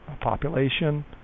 population